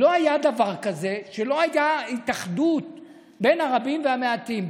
לא היה דבר כזה שלא הייתה התאחדות בין הרבים למעטים,